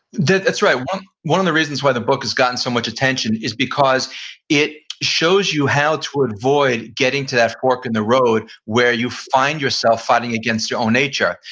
that's right one one of the reasons why the book has gotten so much attention is because it shows you how to avoid getting to that fork in the road where you find yourself fighting against your own nature.